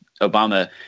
Obama